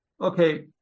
okay